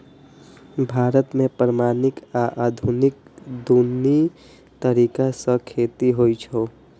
भारत मे पारंपरिक आ आधुनिक, दुनू तरीका सं खेती होइ छै